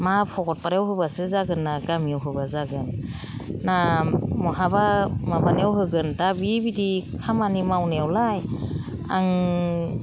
मा भगतफारायाव होबासो जागोन ना गामियाव होबा जागोन ना बहाबा माबानायाव होगोन दा बिबायदि खामानि मावनायावलाय आं